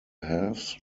halves